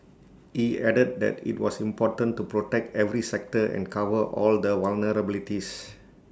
he added that IT was important to protect every sector and cover all the vulnerabilities